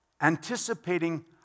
anticipating